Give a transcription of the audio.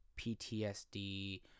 PTSD